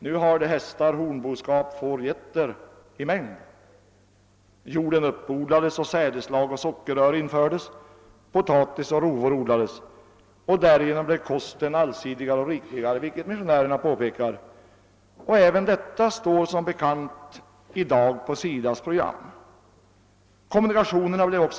Nu ha de hästar, hornboskap, får, getter m.fl. i mängd.» Jorden uppodlades och olika sädesslag och sockerrör infördes, potatis och rovor odlades. Därigenom blev kosten allsidigare och rikligare, vilket missionärerna påpekar. Även detta står som bekant i dag på SIDA:s program. Också kommunikationerna förändrades.